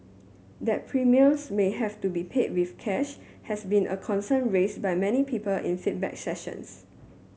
that premiums may have to be paid with cash has been a concern raised by many people in feedback sessions